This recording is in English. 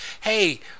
Hey